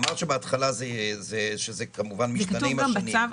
אמרת שזה משתנה עם השנים.